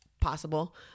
possible